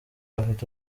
bafite